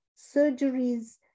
surgeries